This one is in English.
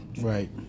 Right